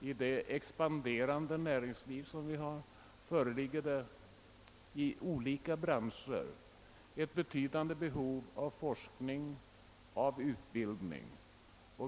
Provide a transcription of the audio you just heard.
I det expanderande näringsliv som vi har föreligger det inom olika branscher ett betydande behov av forskning och av utbildning.